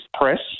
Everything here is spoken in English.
press